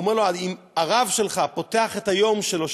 הוא אומר לו: הרב שלך פותח את היום שלו,